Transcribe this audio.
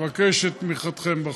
אבקש את תמיכתם בחוק.